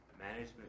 management